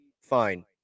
fine